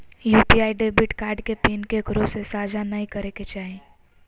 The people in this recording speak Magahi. यू.पी.आई डेबिट कार्ड के पिन केकरो से साझा नइ करे के चाही